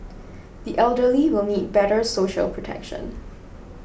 the elderly will need better social protection